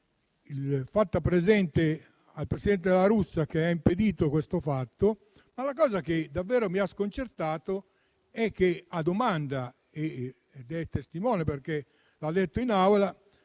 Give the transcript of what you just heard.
fatta presente al presidente La Russa, che ha impedito questo fatto, ma la cosa che davvero mi ha sconcertato è che a domanda - ed è testimone, perché l'ha detto in Aula